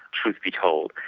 truth be told,